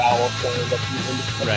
Right